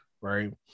Right